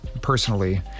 personally